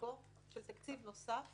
של תקציב נוסף